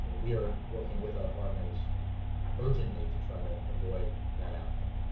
and we are working with our partners urgently to try to avoid that outcome.